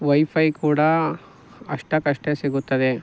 wifi ಕೂಡ ಅಷ್ಟಕಷ್ಟೇ ಸಿಗುತ್ತದೆ